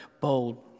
bold